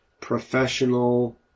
professional